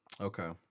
Okay